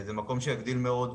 זה דבר שיגדיל מאוד,